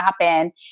happen